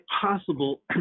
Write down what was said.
possible